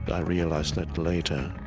but i realized that later